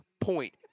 point